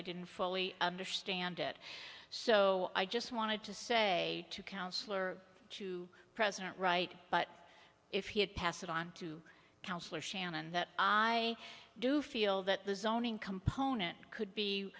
i didn't fully understand it so i just wanted to say to councilor to president right but if he had passed it on to councillor shannon that i do feel that the zoning component could